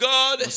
God